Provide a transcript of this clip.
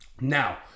Now